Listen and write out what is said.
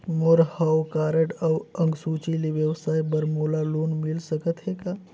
मोर हव कारड अउ अंक सूची ले व्यवसाय बर मोला लोन मिल सकत हे का?